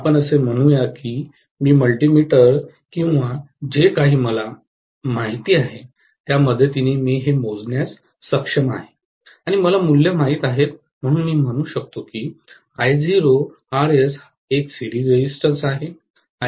आपण असे म्हणूया की मी मल्टीमीटर किंवा जे काही मला माहिती आहे त्या मदतीने मी हे मोजण्यास सक्षम आहे आणि मला मूल्य माहित आहेत म्हणून मी म्हणू शकतो की I0Rs एक सिरीज रेजिस्टन्स आहे